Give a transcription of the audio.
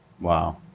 Wow